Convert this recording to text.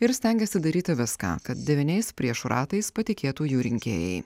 ir stengiasi daryti viską kad devyniais priešų ratais patikėtų jų rinkėjai